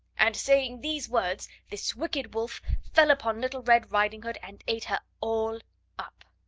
and, saying these words, this wicked wolf fell upon little red riding-hood, and ate her all up.